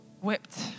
whipped